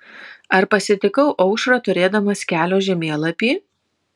ar pasitikau aušrą turėdamas kelio žemėlapį